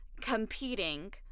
competing